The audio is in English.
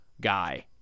guy